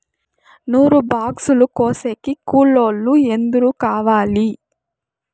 నూరు బాక్సులు కోసేకి కూలోల్లు ఎందరు కావాలి?